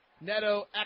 Neto